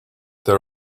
there